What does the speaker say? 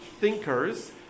thinkers